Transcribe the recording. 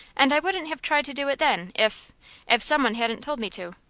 and i wouldn't have tried to do it then, if if some one hadn't told me to.